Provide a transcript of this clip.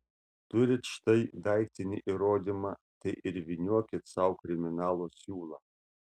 turit štai daiktinį įrodymą tai ir vyniokit sau kriminalo siūlą